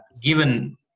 given